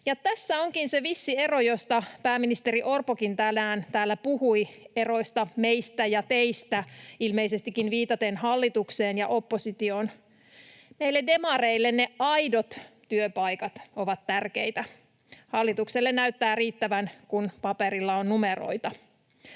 tässä onkin se vissi ero, josta pääministeri Orpokin tänään täällä puhui, eroista, meistä ja teistä ilmeisestikin viitaten hallitukseen ja oppositioon. Meille demareille ne aidot työpaikat ovat tärkeitä. Hallitukselle näyttää riittävän, kun paperilla on numeroita.